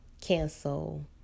cancel